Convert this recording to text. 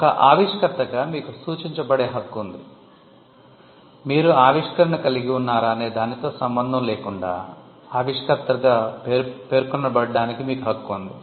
ఒక ఆవిష్కర్తగా మీకు సూచించబడే హక్కు ఉంది మీరు ఆవిష్కరణను కలిగి ఉన్నారా అనే దానితో సంబంధం లేకుండా ఆవిష్కర్తగా పేర్కొనబడడానికి మీకు హక్కు ఉంది